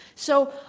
so,